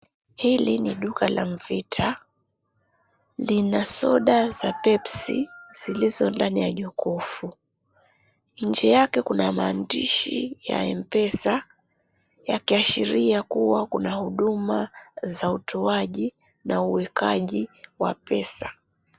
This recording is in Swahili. Hili ni duka la Nvita, lina soda la pepsi zilizo ndani ya jokofu inje yake kuna maandishi ya mpesa yakiashiria kuwa kuna huduma za utoaji na uwekaji wa pesa.